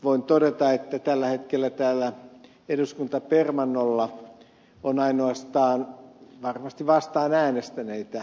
voin todeta että tällä hetkellä täällä eduskuntapermannolla on ainoastaan varmasti vastaan äänestäneitä